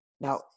Now